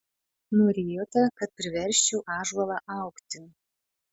norėjote kad priversčiau ąžuolą augti